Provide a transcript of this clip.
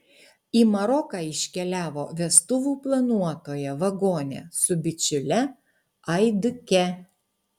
į maroką iškeliavo vestuvių planuotoja vagonė su bičiule aiduke